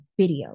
video